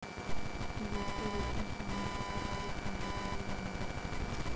निवेश के रूप में सोने की सिफारिश करने के लिए जाना जाता है